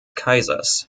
kaisers